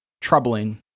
troubling